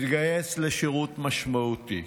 התגייס לשירות משמעותי.